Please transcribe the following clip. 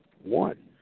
one